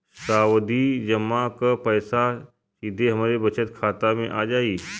सावधि जमा क पैसा सीधे हमरे बचत खाता मे आ जाई?